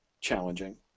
challenging